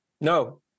No